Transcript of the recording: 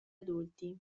adulti